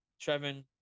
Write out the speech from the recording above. Trevin